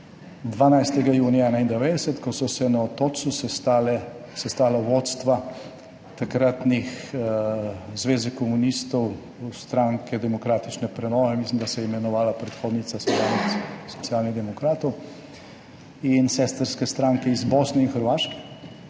12. junija 1991, ko so se na Otočcu sestala vodstva takratnih Zveze komunistov, Stranke demokratične prenove, mislim, da se je tako imenovala predhodnica Socialnih demokratov, in sestrske stranke iz Bosne in Hrvaške.